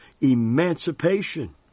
emancipation